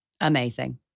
Amazing